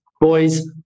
boys